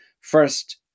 first